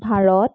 Bharat